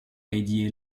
lady